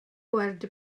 gweld